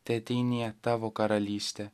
teateinie tavo karalystė